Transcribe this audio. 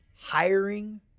hiring